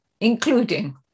including